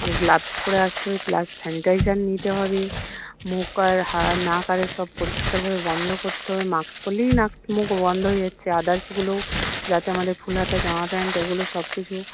gloves পরে আসতে হবে প্লাস স্যানিটাইজার নিতে হবে মুখ আর নাক আর সব পরিষ্কারভাবে বন্ধ করতে হবে মাস্ক পরলেই নাক মুখ বন্ধ হয়ে যাচ্ছে আদারসগুলোও যাতে আমাদের ফুল হাতা জামা প্যান্ট এগুলো সবকিছু